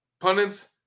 pundits